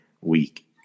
week